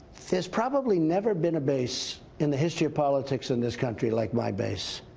there's probably never been a base in the history of politics in this country like my base.